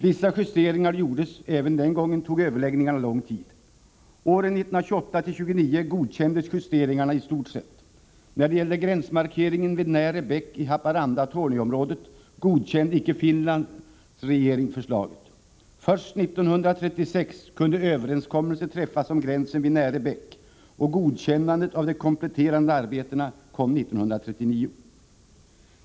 Vissa justeringar gjordes, och även den gången tog överläggningarna lång tid. Åren 1928-1929 godkändes justeringarna i stort sett. När det gällde gränsmarkeringen vid Närä bäck i Haparanda-Torneå-området godkände icke Finlands regering förslaget. Först 1936 kunde överenskommelse träffas om gränsen vid Närä bäck, och godkännandet av de kompletterande arbetena kom 1939.